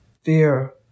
fear